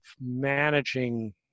managing